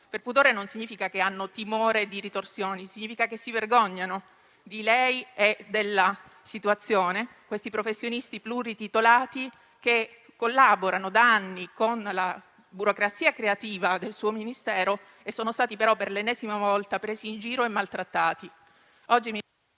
il che non significa che abbiano timore di ritorsioni, ma che si vergognano, di lei e della situazione. Parliamo di professionisti plurititolati che collaborano da anni con la burocrazia creativa del suo Ministero e che però sono stati per l'ennesima volta, presi in giro e maltrattati.